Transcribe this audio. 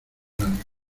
largas